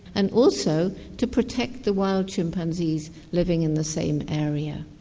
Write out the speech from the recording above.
and also to protect the wild chimpanzees living in the same area.